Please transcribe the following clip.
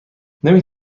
نمی